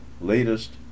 latest